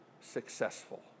successful